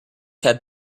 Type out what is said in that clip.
had